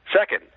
Second